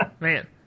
Man